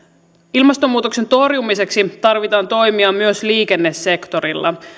ilmastonmuutoksen torjumiseksi tarvitaan toimia myös liikennesektorilla